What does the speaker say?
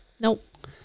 Nope